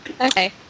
Okay